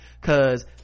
cause